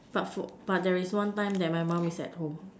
but for but there is one time that my mum is at home